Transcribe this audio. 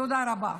תודה רבה.